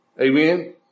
amen